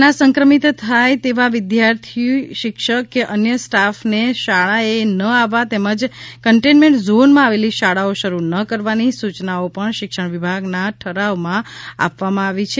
corona સંક્રમિત થાય તેવા વિદ્યાર્થી શિક્ષક કે અન્ય સ્ટાફને શાળાએ ન આવવા તેમજ કન્ટેનમેન્ટ ઝોનમાં આવેલી શાળાઓ શરૂ ન કરવાની સૂચનાઓ પણ શિક્ષણ વિભાગના ઠરાવમાં આપવામાં આવી છે